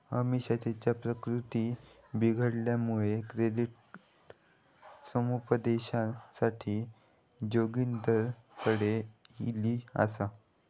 अमिषा तिची प्रकृती बिघडल्यामुळा क्रेडिट समुपदेशनासाठी जोगिंदरकडे ईली आसा